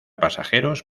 pasajeros